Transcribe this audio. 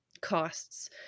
costs